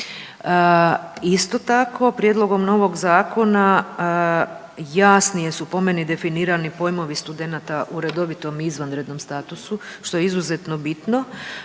Isto tako, prijedlogom novog zakona jasnije su po meni definirani pojmovi studenata u redovitom i izvanrednom statusu što je izuzetno bitno.